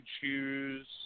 choose